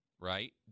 right